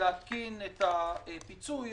להתקין את הפיצוי.